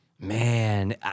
Man